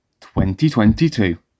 2022